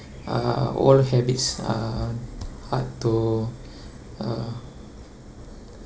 uh old habits are hard to uh